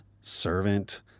Servant